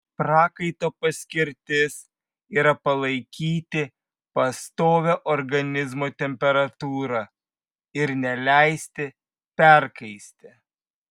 prakaito paskirtis yra palaikyti pastovią organizmo temperatūrą ir neleisti perkaisti